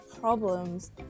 problems